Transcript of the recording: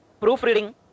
proofreading